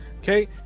Okay